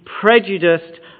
prejudiced